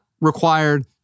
required